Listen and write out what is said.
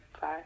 Bye